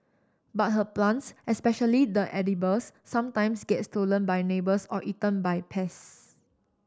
but her plants especially the edibles sometimes get stolen by neighbours or eaten by pests